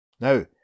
Now